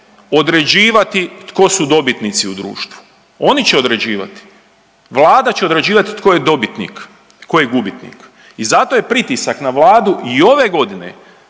određivati tko su dobitnici u društvu, oni će određivati. Vlada će određivati tko je dobitnik, tko je gubitnik i zato je pritisak na Vladu i ove godine,